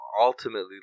ultimately